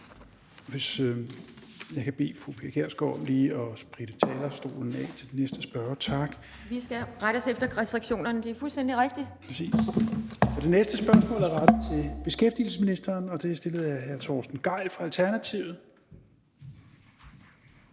Kan jeg bede fru Pia Kjærsgaard lige spritte talerstolen af til den næste spørger? (Pia Kjærsgaard (DF): Vi skal rette os efter anbefalingerne, det er fuldstændig rigtigt). Tak. Det næste spørgsmål er til beskæftigelsesministeren, og det er stillet af hr. Torsten Gejl fra Alternativet.